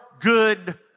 good